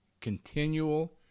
continual